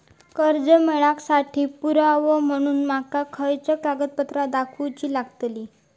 कर्जा मेळाक साठी पुरावो म्हणून माका खयचो कागदपत्र दाखवुची लागतली?